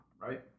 right